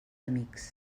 amics